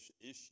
issue